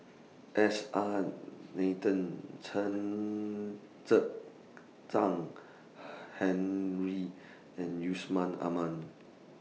S R Nathan Chen Henri and Yusman Aman